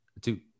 Two